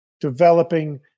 developing